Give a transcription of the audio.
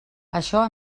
això